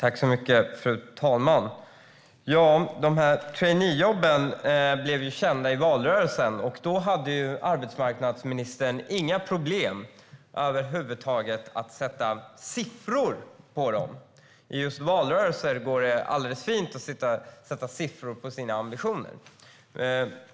Fru talman! Traineejobben blev kända i valrörelsen. Då hade arbetsmarknadsministern inga problem över huvud taget att sätta siffror på dem. Just i valrörelser går det väldigt fint att sätta siffror på sina ambitioner.